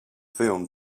film